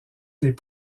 des